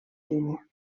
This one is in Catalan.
línia